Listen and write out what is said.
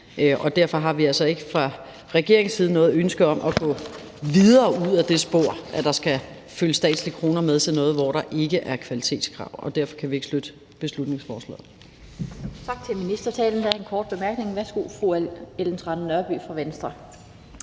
Derfor har vi altså ikke fra regeringens side noget ønske om at gå videre ud ad det spor, i forhold til at der skal følge statslige kroner med til noget, hvor der ikke er kvalitetskrav. Derfor kan vi ikke støtte beslutningsforslaget.